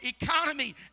economy